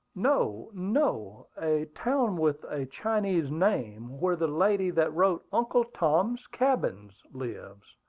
no, no! a town with a chinese name, where the lady that wrote uncle tom's cabin lives,